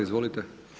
Izvolite!